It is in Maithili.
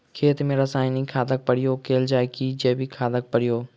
खेत मे रासायनिक खादक प्रयोग कैल जाय की जैविक खादक प्रयोग?